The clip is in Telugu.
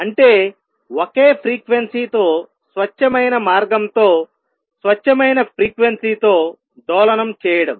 అంటే ఒకే ఫ్రీక్వెన్సీ తో స్వచ్ఛమైన మార్గంతో స్వచ్ఛమైన ఫ్రీక్వెన్సీ తో డోలనం చేయడం